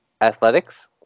athletics